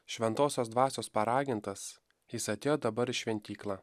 šventosios dvasios paragintas jis atėjo dabar į šventyklą